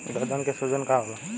गदन के सूजन का होला?